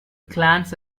glance